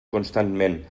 constantment